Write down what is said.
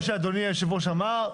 כמו שאדוני יושב הראש אמר,